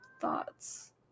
thoughts